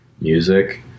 music